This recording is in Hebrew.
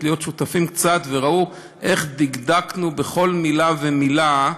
שותפים קצת וראו איך דקדקנו בכל מילה ומילה,